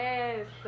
Yes